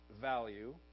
value